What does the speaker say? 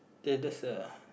the the that's a